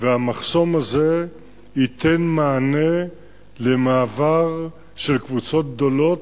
והמחסום הזה ייתן מענה למעבר של קבוצות גדולות,